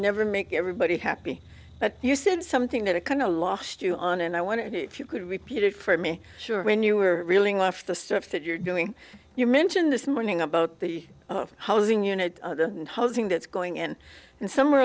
never make everybody happy but you said something that a kind of lost you on and i want to if you could repeat it for me sure when you were reeling off the stuff that you're doing you mentioned this morning about the housing unit and housing that's going in and somewhere